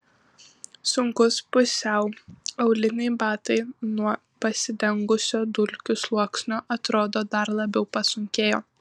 sunkūs pusiau auliniai batai nuo pasidengusio dulkių sluoksnio atrodo dar labiau pasunkėjo